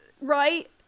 right